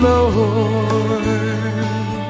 Lord